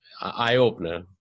eye-opener